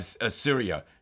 Assyria